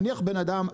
נניח בן אדם,